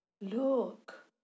Look